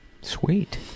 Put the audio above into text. sweet